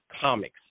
comics